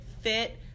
fit